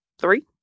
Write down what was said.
three